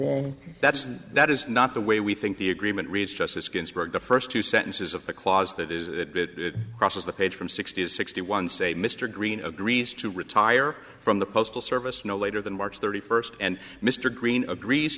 know that that is not the way we think the agreement reached justice ginsburg the first two sentences of the clause that is that crosses the page from sixty to sixty one say mr green agrees to retire from the postal service no later than march thirty first and mr green agrees